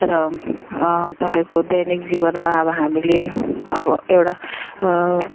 र तपाईँको दैनिक जीवनमा अब हामीले अब एउटा